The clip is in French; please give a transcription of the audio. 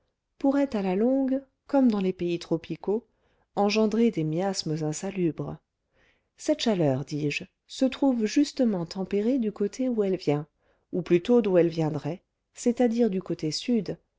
pourrait à la longue comme dans les pays tropicaux engendrer des miasmes insalubres cette chaleur dis-je se trouve justement tempérée du côté où elle vient ou plutôt d'où elle viendrait c'est-à-dire du côté sud